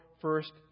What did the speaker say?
first